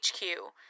HQ